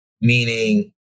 Meaning